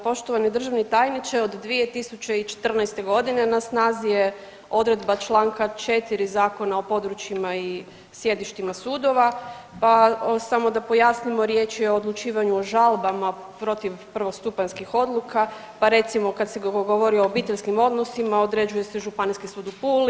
Poštovani državni tajniče, od 2014. g. na snazi je odredba čl 4. Zakona o područjima i sjedištima sudova pa samo da pojasnimo, riječ je o odlučivanju o žalbama protiv prvostupanjskih odluka pa, recimo, kad se govori o obiteljskim odnosima određuje se Županijski sud u Puli.